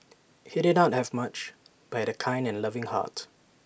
he did not have much but A kind and loving heart